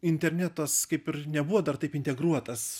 internetas kaip ir nebuvo dar taip integruotas